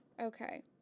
Okay